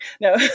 No